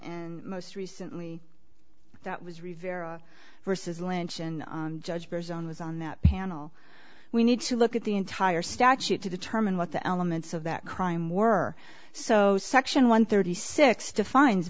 and most recently that was rivero versus lynch and judge verizon was on that panel we need to look at the entire statute to determine what the elements of that crime were so section one thirty six defines